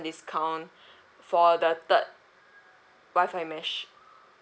discount for the third wifi mesh